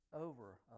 over